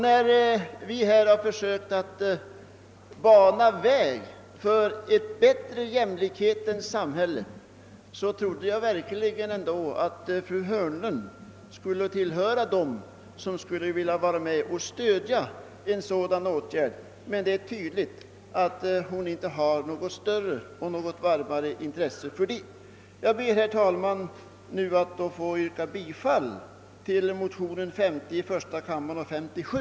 När vi här har försökt att bana väg för ett bättre jämlikhetssamhälle, trodde vi verkligen att fru Hörnlund tillhörde dem som skulle vilja stödja en sådan åtgärd, men tydligt är att hon inte har något större eller varmare intresse för detta. Jag ber, herr talman, att få yrka bifall till motionerna I: 50 och II: 57.